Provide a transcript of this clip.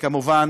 כמובן,